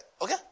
Okay